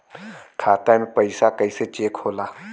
खाता में के पैसा कैसे चेक होला?